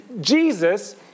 Jesus